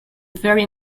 very